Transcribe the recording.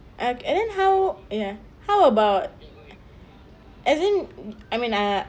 I and then how ya how about as in I mean I